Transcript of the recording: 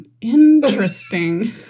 interesting